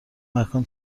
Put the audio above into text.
مکان